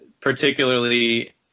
Particularly